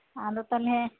ᱟᱫᱚ ᱛᱟᱦᱚᱞᱮ